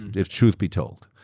and if truth be told.